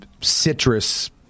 citrus